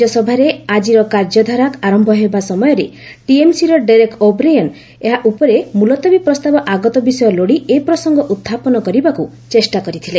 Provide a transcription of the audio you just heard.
ରାଜ୍ୟସଭାରେ ଆଜିର କାର୍ଯ୍ୟଧାରା ଆରମ୍ଭ ହେବା ସମୟରେ ଟିଏମ୍ସିର ଡେରେକ୍ ଓ'ବ୍ରିଏନ୍ ଏହା ଉପରେ ମୁଲତବୀ ପ୍ରସ୍ତାବ ଆଗତ ବିଷୟ ଲୋଡି ଏ ପ୍ରସଙ୍ଗ ଉତ୍ଥାପନ କରିବାକୁ ଚେଷ୍ଟା କରିଥିଲେ